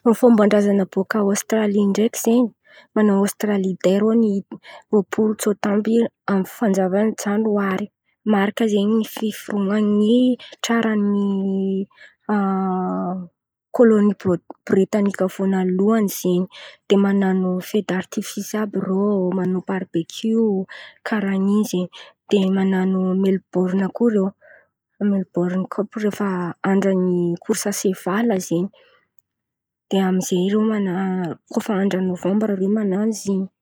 Fomban-drazan̈a bôkà Ostraly ndraiky zen̈y, manao Ostraliday irô amin'ny enimpolo tsôta amby amin'ny fanjavan'ny janoary. Marika zen̈y fiforonany pitraran'ny kôlôny britanika vônalohany zen̈y dia man̈anao fedartifisy àby irô, manao barbekio kàran'in̈y zen̈y. Dia man̈ano milbôrna koa irô. Milbôrna Kôa fefa andran'ny korsasevala zen̈y dia amin'izay irô man̈a kôa efa andran'ny novambra zen̈y irô man̈ano izy in̈y.